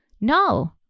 no